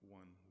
one